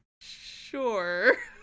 sure